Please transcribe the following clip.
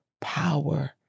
power